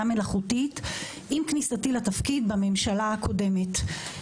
מלאכותית עם כניסתי לתפקיד בממשלה הקודמת.